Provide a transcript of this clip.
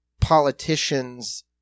politicians